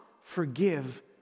forgive